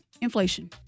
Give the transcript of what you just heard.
Inflation